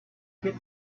get